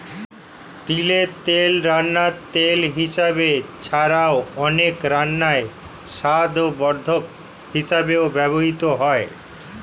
তিলের তেল রান্নার তেল হিসাবে ছাড়াও, অনেক রান্নায় স্বাদবর্ধক হিসাবেও ব্যবহৃত হয়